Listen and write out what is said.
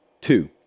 Two